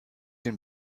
den